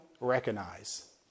recognize